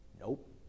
nope